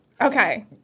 Okay